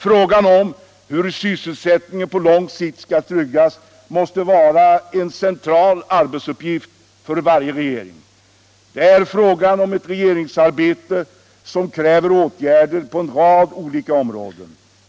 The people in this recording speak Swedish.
Frågan om hur sysselsättningen på lång sikt skall tryggas måste vara en central arbetsuppgift för varje regering. Det är fråga om ett regeringsarbete som kräver åtgärder på en rad olika områden.